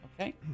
Okay